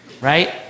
Right